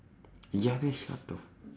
ya that's